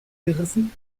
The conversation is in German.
gerissen